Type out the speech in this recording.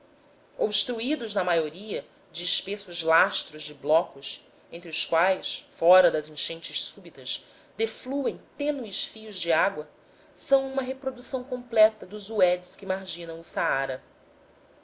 chuvas obstruídos na maioria de espessos lastros de blocos entre os quais fora das enchentes súbitas defluem tênues fios de águas são uma reprodução completa dos uedes que marginam o saara